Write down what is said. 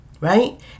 right